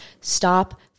Stop